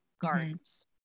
gardens